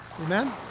Amen